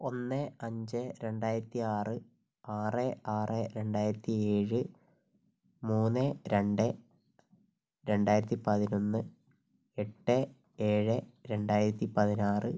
ഒന്ന് അഞ്ച് രണ്ടായിരത്തി ആറ് ആറ് ആറ് രണ്ടായിരത്തിയേഴ് മൂന്ന് രണ്ട് രണ്ടായിരത്തി പതിനൊന്ന് എട്ട് ഏഴ് രണ്ടായിരത്തി പതിനാറ്